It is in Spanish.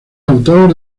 autor